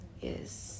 Yes